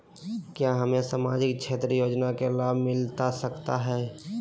क्या हमें सामाजिक क्षेत्र योजना के लाभ मिलता सकता है?